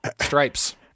Stripes